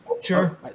sure